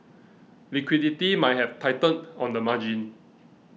liquidity might have tightened on the margin